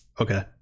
okay